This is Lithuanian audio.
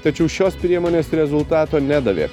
tačiau šios priemonės rezultato nedavė